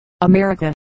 America